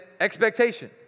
expectation